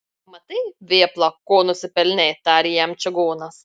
matai vėpla ko nusipelnei tarė jam čigonas